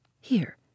Here